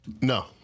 No